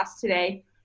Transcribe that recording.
today